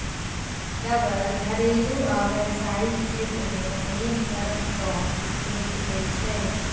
रबड़ घरेलू आ व्यावसायिक क्षेत्र मे अनेक तरह सं उपयोगी होइ छै